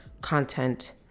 content